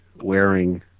wearing